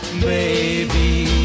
baby